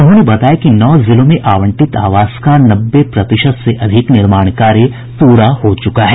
उन्होंने बताया कि नौ जिलों में आवंटित आवास का नब्बे प्रतिशत से अधिक निर्माण कार्य पूरा हो चुका है